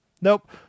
nope